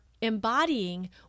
embodying